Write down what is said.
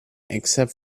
except